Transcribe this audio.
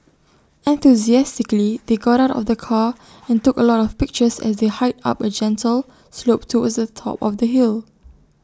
enthusiastically they got out of the car and took A lot of pictures as they hiked up A gentle slope towards the top of the hill